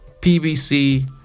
PBC